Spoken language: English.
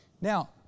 Now